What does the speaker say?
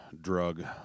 drug